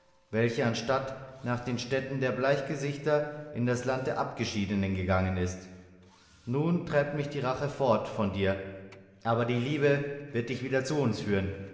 welche anstatt nach den städten der bleichgesichter in das land der abgeschiedenen gegangen ist nun treibt mich die rache fort von dir aber die liebe wird dich wieder zu uns führen